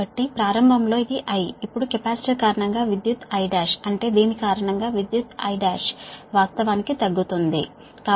కాబట్టిప్రారంభంలో ఇది I capacitor కారణంగా ఇప్పుడు విద్యుత్ I1 అంటే దీని కారణంగా విద్యుత్ I1 వాస్తవానికి తగ్గుతోంది సరేనా